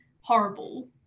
horrible